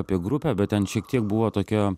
apie grupę bet ten šiek tiek buvo tokia